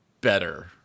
better